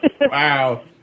Wow